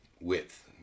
width